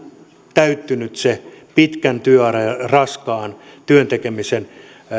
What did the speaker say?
täyttynyt se pitkän työuran ja raskaan työn tekemisen